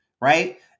right